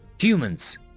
Humans